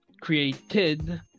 created